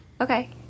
Okay